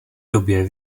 době